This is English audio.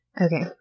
Okay